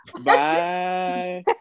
Bye